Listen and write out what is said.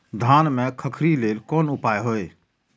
धान में खखरी लेल कोन उपाय हय?